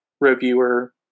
reviewer